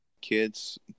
kids